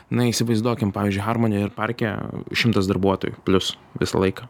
na įsivaizduokim pavyzdžiui harmony ir parke šimtas darbuotojų plius visą laiką